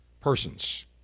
persons